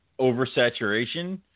oversaturation